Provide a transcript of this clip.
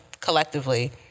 collectively